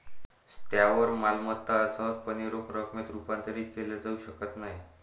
स्थावर मालमत्ता सहजपणे रोख रकमेत रूपांतरित केल्या जाऊ शकत नाहीत